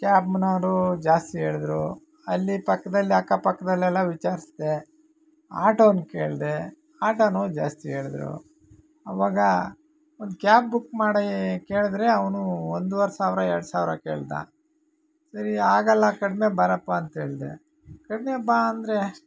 ಕ್ಯಾಬ್ನವರೂ ಜಾಸ್ತಿ ಹೇಳಿದ್ರು ಅಲ್ಲಿ ಪಕ್ಕದಲ್ಲಿ ಅಕ್ಕಪಕ್ಕದಲೆಲ್ಲ ವಿಚಾರಿಸ್ದೆ ಆಟೋನ ಕೇಳಿದೆ ಆಟೋನೂ ಜಾಸ್ತಿ ಹೇಳಿದ್ರು ಅವಾಗ ಒಂದು ಕ್ಯಾಬ್ ಬುಕ್ ಮಾಡಿ ಕೇಳಿದ್ರೆ ಅವನು ಒಂದುವರೆ ಸಾವಿರ ಎರಡು ಸಾವಿರ ಕೇಳಿದ ಸರಿ ಆಗೋಲ್ಲ ಕಡಿಮೆ ಬಾರಪ್ಪ ಅಂತೇಳಿದೆ ಕಡಿಮೆ ಬಾ ಅಂದರೆ